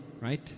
right